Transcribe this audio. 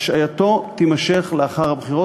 השעייתו תימשך לאחר הבחירות,